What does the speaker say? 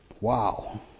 Wow